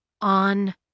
On